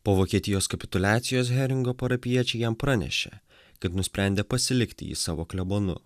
po vokietijos kapituliacijos heringo parapijiečiai jam pranešė kad nusprendė pasilikti jį savo klebonu